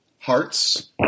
Hearts